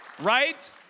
right